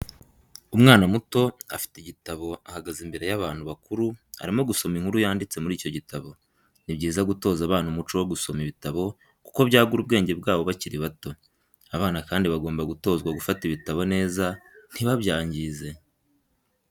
Umwana muto afite igitabo ahagaze imbere y'abantu bakuru arimo gusoma inkuru yanditse muri icyo gitabo. Ni byiza gutoza abana umuco wo gusoma ibitabo kuko byagura ubwenge bwabo bakiri bato, abana kandi bagomba gutozwa gufata ibitabo neza ntibabyangize.